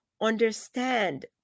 understand